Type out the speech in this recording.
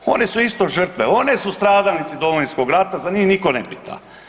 One su isto žrtve, one su stradalnici Domovinskog rata, za njih nitko ne pita.